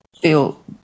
feel